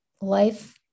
life